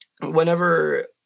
whenever